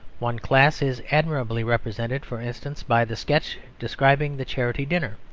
one class is admirably represented, for instance, by the sketch describing the charity dinner,